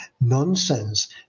nonsense